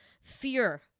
fear